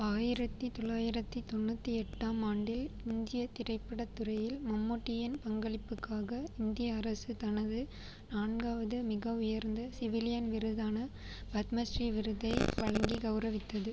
ஆயிரத்து தொள்ளாயிரத்து தொண்ணூற்றி எட்டாம் ஆண்டில் இந்திய திரைப்படத் துறையில் மம்முட்டியின் பங்களிப்புக்காக இந்திய அரசு தனது நான்காவது மிக உயர்ந்த சிவிலியன் விருதான பத்மஸ்ரீ விருதை வழங்கி கௌரவித்தது